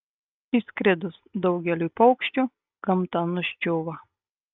išskridus daugeliui paukščių gamta nuščiūva